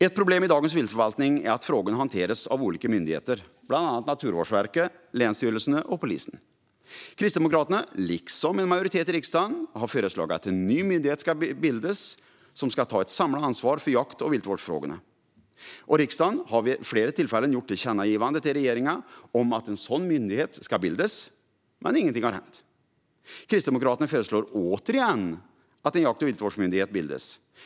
Ett problem i dagens viltförvaltning är att frågorna hanteras av olika myndigheter, bland annat Naturvårdsverket, länsstyrelserna och polisen. Kristdemokraterna har, liksom en majoritet i riksdagen, föreslagit att en ny myndighet bildas som kan ta ett samlat ansvar för jakt och viltvårdsfrågorna. Riksdagen har vid flera tillfällen gjort tillkännagivanden till regeringen om att en sådan myndighet ska bildas, men ingenting har hänt. Kristdemokraterna föreslår återigen att en jakt och viltvårdsmyndighet bildas.